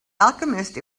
alchemist